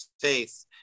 faith